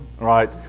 right